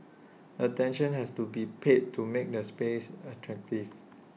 attention has to be paid to make the space attractive